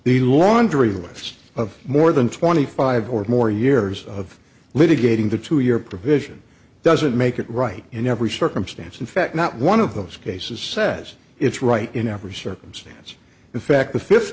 the laundry list of more than twenty five or more years of litigating the two year provision doesn't make it right in every circumstance in fact not one of those cases says it's right in every circumstance in fact the fifth